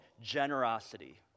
generosity